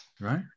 Right